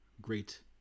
great